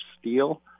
steel